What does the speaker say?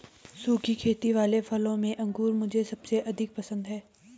सुखी खेती वाले फलों में अंगूर मुझे सबसे अधिक पसंद है